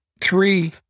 three